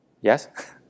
Yes